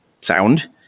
sound